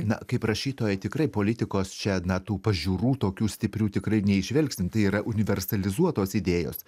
na kaip rašytojai tikrai politikos čia na tų pažiūrų tokių stiprių tikrai neįžvelgsim tai yra universalizuotos idėjos